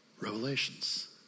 Revelations